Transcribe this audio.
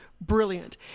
brilliant